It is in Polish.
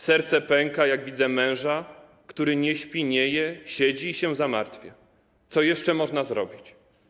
Serce pęka, jak widzę męża, który nie śpi, nie je, siedzi i się zamartwia, co jeszcze można zrobić.